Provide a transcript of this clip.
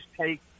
take